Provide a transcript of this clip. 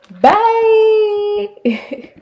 bye